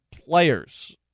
players